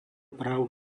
práv